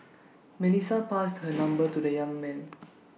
Melissa passed her number to the young man